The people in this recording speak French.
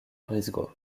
brisgau